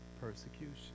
persecution